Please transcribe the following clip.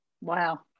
Wow